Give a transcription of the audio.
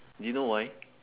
do you know why